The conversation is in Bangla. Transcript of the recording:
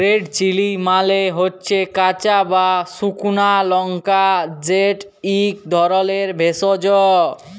রেড চিলি মালে হচ্যে কাঁচা বা সুকনা লংকা যেট ইক ধরলের ভেষজ